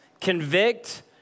convict